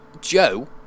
Joe